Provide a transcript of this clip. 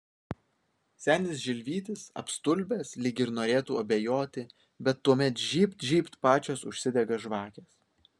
senis žilvytis apstulbęs lyg ir norėtų abejoti bet tuomet žybt žybt pačios užsidega žvakės